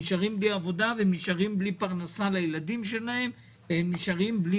נשארים בלי עבודה והם נשארים בלי פרנסה לילדים שלהם והם נשארים בלי